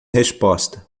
resposta